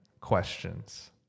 questions